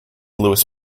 lewis